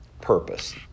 purpose